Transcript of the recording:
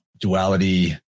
duality